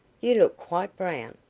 you look quite brown.